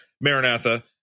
Maranatha